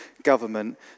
government